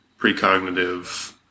precognitive